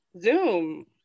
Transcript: zoom